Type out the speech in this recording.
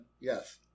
Yes